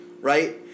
Right